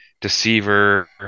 Deceiver